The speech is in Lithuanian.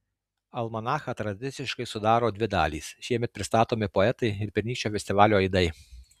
almanachą tradiciškai sudaro dvi dalys šiemet pristatomi poetai ir pernykščio festivalio aidai